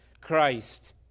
Christ